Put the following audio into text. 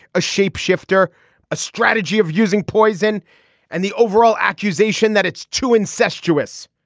a shapeshifter a strategy of using poison and the overall accusation that it's too incestuous.